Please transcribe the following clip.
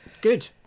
Good